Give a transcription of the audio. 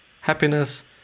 happiness